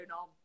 on